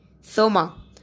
Soma